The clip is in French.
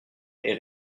est